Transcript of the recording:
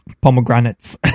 pomegranates